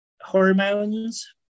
hormones